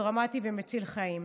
דרמטי ומציל חיים.